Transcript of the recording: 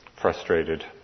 frustrated